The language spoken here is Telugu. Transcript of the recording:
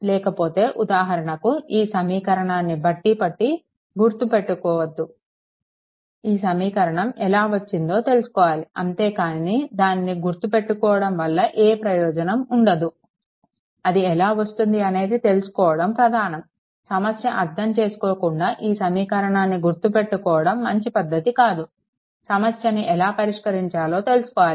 లేకపోతే ఉదాహరణకు ఈ సమీకరణాన్ని బట్టి పట్టి గుర్తుపెట్టుకోవద్దు ఈ సమీకరణం ఎలా వచ్చిందో తెలుసుకోవాలి అంతే కానీ దానిని గుర్తు పెట్టుకోవడం వల్ల ఏ ప్రయోజనం ఉండదు అది ఎలా వస్తుంది అనేది తెలుసుకోవడం ప్రధానం సమస్య అర్థం చేసుకోకుండా ఈ సమీకరణాన్ని గుర్తు పెట్టుకోవడం మంచి పద్ధతి కాదు సమస్యను ఎలా పరిష్కరించాలో తెలుసుకొవాలి